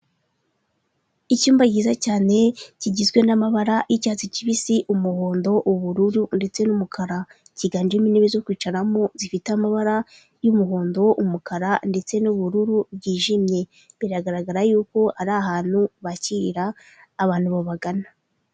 Icyumba cyiza cyane kigizwe n'amabara y'icyatsi kibisi, umuhondo, ubururu ndetse n'umukara, kiganjemo intebe zo kwicaramo zifite amabara y'umuhondo, umukara ndetse n'ubururu bwijimye, biragaragara yuko ari ahantu bakirira abantu babagana.